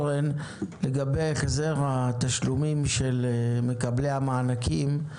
לגבי החזר התשלומים של מקבלי המענקים,